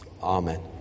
Amen